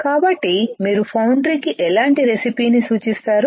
కాబట్టి మీరు ఫౌండ్రీ కి ఎలాంటి రెసిపీని సూచిస్తారు